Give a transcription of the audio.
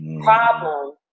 problem